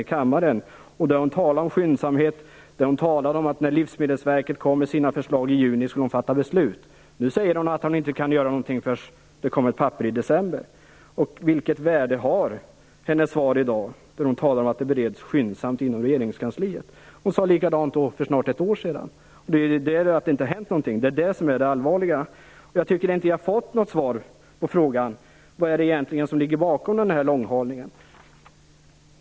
Hon talade då om skyndsamhet och om att det skulle fattas beslut när Livsmedelsverket hade kommit med sitt förslag i juni. Nu säger hon att hon inte har kunnat göra någonting förrän papperet kom i december. Vilket värde har ministerns svar i dag, när hon talar om att ärendet bereds skyndsamt inom regeringskansliet? Hon sade ju likadant för snart ett år sedan. Men det har ju inte hänt någonting. Det är det som är det allvarliga. Jag tycker inte att jag har fått något svar på frågan: Vad är det egentligen som ligger bakom denna långhalning?